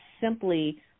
simply